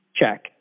Check